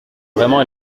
vraiment